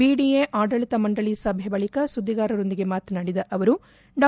BDA ಆಡಳಿತ ಮಂಡಳಿ ಸಭೆ ಬಳಿಕ ಸುದ್ದಿಗಾರರೊಂದಿಗೆ ಮಾತನಾಡಿದ ಅವರು ಡಾ